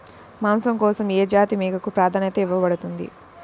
మాంసం కోసం ఏ జాతి మేకకు ప్రాధాన్యత ఇవ్వబడుతుంది?